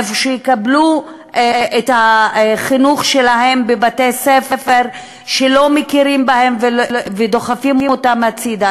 איך יקבלו את החינוך שלהם בבתי-ספר שלא מכירים בהם ודוחפים אותם הצדה,